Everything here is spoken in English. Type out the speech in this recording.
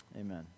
Amen